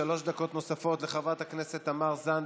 שלוש דקות נוספות, לחברת הכנסת תמר זנדברג.